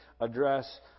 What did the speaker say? address